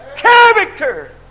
Character